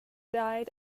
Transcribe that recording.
died